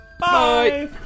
Bye